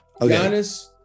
Giannis